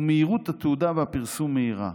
ומהירות התהודה והפרסום רבה,